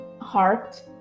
heart